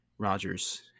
Rogers